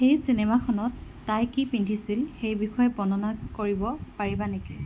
সেই চিনেমাখনত তাই কি পিন্ধিছিল সেই বিষয়ে বৰ্ণনা কৰিব পাৰিবা নেকি